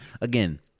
again